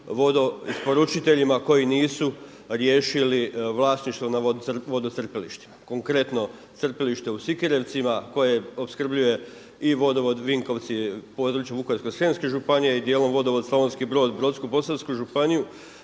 vodo isporučiteljima koji nisu riješili vlasništvo na vodocrpilištima. Konkretno crpiliše u Sikirevcima koje opskrbljuje i vodovod Vinkovci, područja Vukovarsko-srijemske županije i dijelom vodovod Slavonski Brod, Brodsko-posavsku županiju.